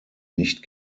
nicht